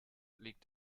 liegt